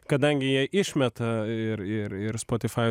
kadangi jie išmeta ir ir ir spotify